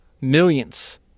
millions